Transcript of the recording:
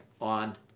on